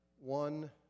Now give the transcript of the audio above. one